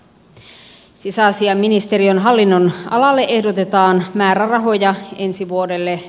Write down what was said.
sisäasiainministeriön hallinnonalalle ehdotetaan määrärahoja ensi vuodelle